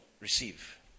receive